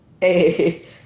Hey